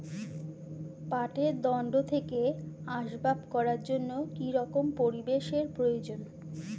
পাটের দণ্ড থেকে আসবাব করার জন্য কি রকম পরিবেশ এর প্রয়োজন?